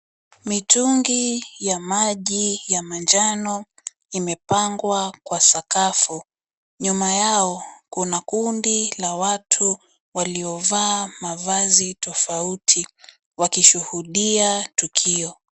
Mitungi ya maji ya manjano imepangwa kwa sakafu, nyuma yao kuna kundi la watu waliovaa mavazi tofauti wakishuhudia tukio.